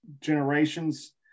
generations